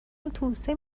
اتوبوسه